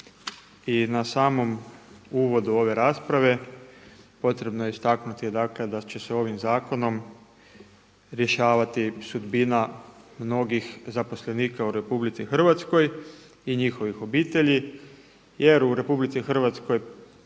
I na samom uvodu ove rasprave potrebno je istaknuti dakle da će se ovim zakonom rješavati sudbina mnogih zaposlenika u RH i njihovih obitelji jer u RH trenutno